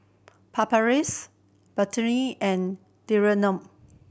Papulex Betadine and